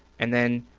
and then,